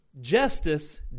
Justice